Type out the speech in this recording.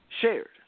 shared